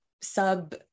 sub